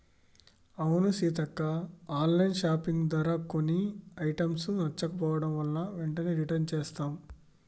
అవును Seethakka online shopping ధర కొన్ని ఐటమ్స్ నచ్చకపోవడం వలన వెంటనే రిటన్ చేసాం